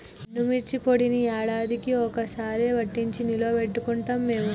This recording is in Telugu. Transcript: ఎండుమిర్చి పొడిని యాడాదికీ ఒక్క సారె పట్టించి నిల్వ పెట్టుకుంటాం మేము